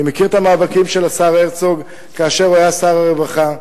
מכיר את המאבקים של השר הרצוג כאשר הוא היה שר הרווחה,